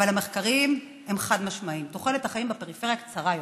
אבל המחקרים הם חד-משמעיים: תוחלת החיים בפריפריה נמוכה יותר.